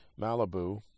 Malibu